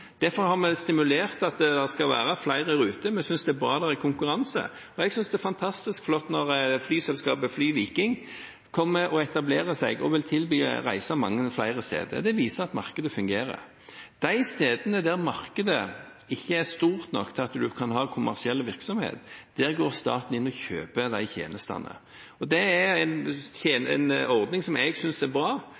Derfor har vi stimulert til at det skal være flere ruter – vi synes det er bra med konkurranse. Jeg synes det er fantastisk flott når flyselskapet FlyViking etablerer seg og vil tilby reiser mange flere steder. Det viser at markedet fungerer. De stedene markedet ikke er stort nok til at en kan ha kommersiell virksomhet, går staten inn og kjøper tjenestene. Det er en ordning som jeg synes er bra.